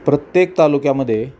प्रत्येक तालुक्यामध्ये